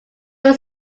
was